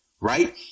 right